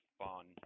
fun